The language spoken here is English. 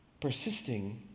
persisting